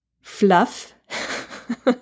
fluff